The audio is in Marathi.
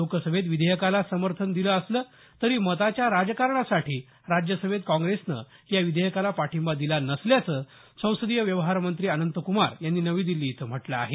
लोकसभेत विधेयकाला समर्थन दिलं असलं तरी मताच्या राजकारणासाठी राज्यसभेत काँग्रेसनं या विधेयकाला पाठिंबा दिला नसल्याचं संसदीय व्यवहार मंत्री अनंतकुमार यांनी नवी दिल्ली इथं म्हटलं आहे